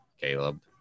Caleb